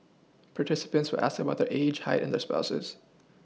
participants were asked about their age height and their spouses